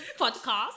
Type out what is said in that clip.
podcast